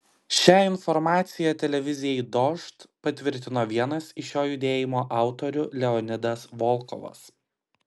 šią informaciją televizijai dožd patvirtino vienas iš šio judėjimo autorių leonidas volkovas